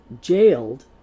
jailed